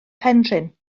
penrhyn